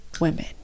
women